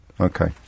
Okay